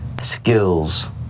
skills